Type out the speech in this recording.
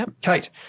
Kate